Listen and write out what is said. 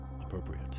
Appropriate